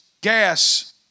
gas